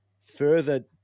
further